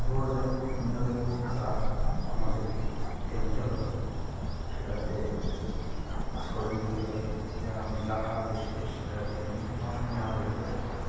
দু হাজার ফুট তিন হাজার ফুট জাল আমাদেরকে ফেলতে হবে সেটাতে ছোল দিতে হবে যেন জাহাজ এসে সেটাকে যেন নষ্ট না করে দেয়